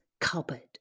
cupboard